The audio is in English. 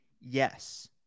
Yes